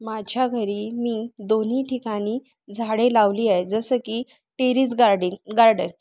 माझ्या घरी मी दोन्ही ठिकाणी झाडे लावली आहे जसं की टेरीस गार्डीन गार्डन